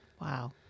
Wow